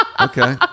Okay